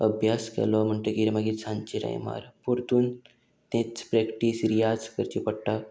अभ्यास केलो म्हणटगीर मागीर सांचे टायमार परतून तेच प्रॅक्टीस रियाज करची पडटा